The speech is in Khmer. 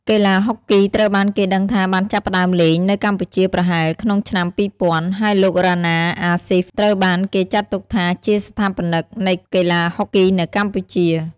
កីឡាហុកគីត្រូវបានគេដឹងថាបានចាប់ផ្ដើមលេងនៅកម្ពុជាប្រហែលក្នុង ឆ្នាំ២០០០ ហើយលោក រាណា អាសុីហ្វ ត្រូវបានគេចាត់ទុកថាជាស្ថាបនិកនៃកីឡាហុកគីនៅកម្ពុជា។